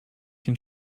den